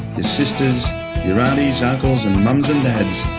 your sisters, your aunties, uncles and mums and dads,